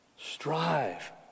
Strive